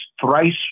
thrice